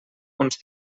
uns